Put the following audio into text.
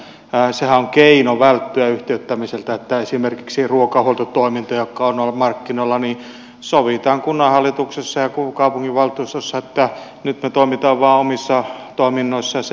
sehän on keino välttyä yhtiöittämiseltä kun esimerkiksi ruokahuoltotoiminnasta joka on ollut markkinoilla sovitaan kunnanhallituksessa ja kaupunginvaltuustossa että nyt me toimimme vain omissa toiminnoissa ja sen jälkeen se yhtiöittämispakko poistuu